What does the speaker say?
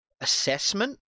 assessment